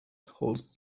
holds